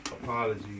apology